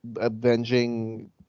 avenging